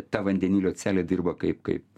ta vandenilio celė dirba kaip kaip